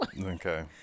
Okay